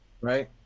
right